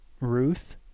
Ruth